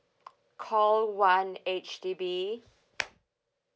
call one H_D_B